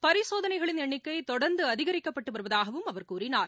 பரிசோதனைகளின் எண்ணிக்கைதொடர்ந்துஅதிகரிக்கப்பட்டுவருவதாகவும் அவர் கூறினார்